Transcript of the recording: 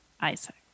Isaac